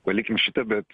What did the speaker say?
palikim šitą bet